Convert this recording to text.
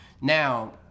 now